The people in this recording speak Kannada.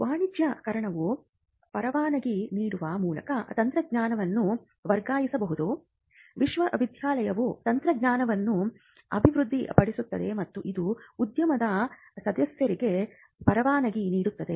ವಾಣಿಜ್ಯೀಕರಣವು ಪರವಾನಗಿ ನೀಡುವ ಮೂಲಕ ತಂತ್ರಜ್ಞಾನವನ್ನು ವರ್ಗಾಯಿಸಬಹುದು ವಿಶ್ವವಿದ್ಯಾಲಯವು ತಂತ್ರಜ್ಞಾನವನ್ನು ಅಭಿವೃದ್ಧಿಪಡಿಸುತ್ತದೆ ಮತ್ತು ಇದು ಉದ್ಯಮದ ಸದಸ್ಯರಿಗೆ ಪರವಾನಗಿ ನೀಡುತ್ತದೆ